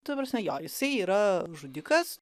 ta prasme jo jisai yra žudikas